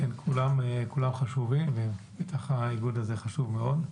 כולם חשובים, בוודאי שהאיגוד הזה חשוב מאוד.